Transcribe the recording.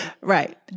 Right